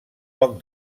poc